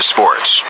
Sports